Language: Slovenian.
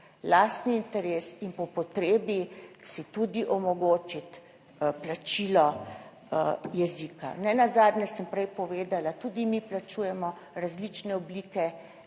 lastni interes in po potrebi si tudi omogočiti plačilo jezika. Nenazadnje sem prej povedala, tudi mi plačujemo različne oblike